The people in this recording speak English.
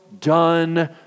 done